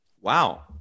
wow